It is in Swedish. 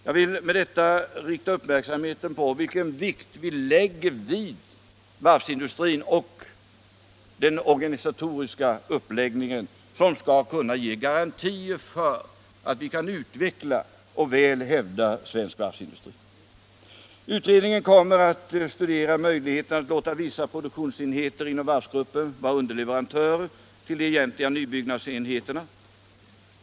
Jag vill med detta rikta uppmärksamheten på vilken vikt vi lägger vid varvsindustrin och den organisatoriska uppläggningen, som skall ge garantier för att vi kan utveckla och väl hävda svensk varvsindustri. Utredningen kommer att studera möjligheterna att låta vissa produktionsenheter inom varvsgruppen vara underleverantörer till de egentliga nybyggnadsenheterna.